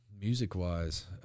Music-wise